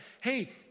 Hey